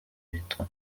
bitwa